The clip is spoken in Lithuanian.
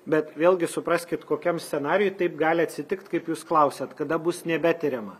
bet vėlgi supraskit kokiam scenarijui taip gali atsitikt kaip jūs klausiat kada bus nebetiriama